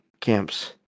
camps